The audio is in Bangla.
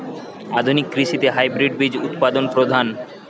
আধুনিক কৃষিতে হাইব্রিড বীজ উৎপাদন প্রধান